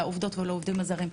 לעובדות ולעובדים הזרים,